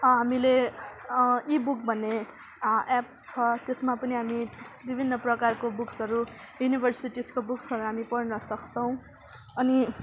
हामीले ebook भन्ने app छ त्यसमा पनि हामी विभिन्न प्रकारको बुक्सहरू युनिभर्सिटिसको बुक्सहरू हामी पढ्न सक्छौँ अनि